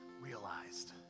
realized